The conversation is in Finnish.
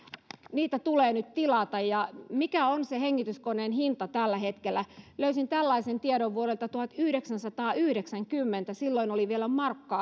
niitä tulee nyt tilata ja mikä on se hengityskoneen hinta tällä hetkellä löysin tällaisen tiedon vuodelta tuhatyhdeksänsataayhdeksänkymmentä silloin oli vielä markka